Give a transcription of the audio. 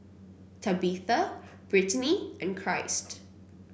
Tabitha Brittani and Christ